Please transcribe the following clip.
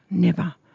never.